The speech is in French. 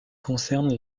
concerne